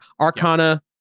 Arcana